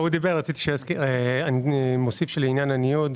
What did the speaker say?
לעניין הניוד,